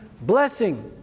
Blessing